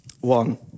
One